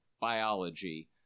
biology